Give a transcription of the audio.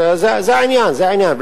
זה העניין, זה העניין.